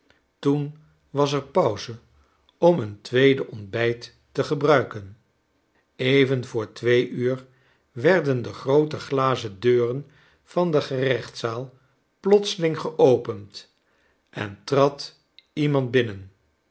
toen was er pauze om een tweede ontbijt te gebruiken even voor twee uur werden de groote glazen deuren van de gerechtszaal plotseling geopend en trad iemand binnen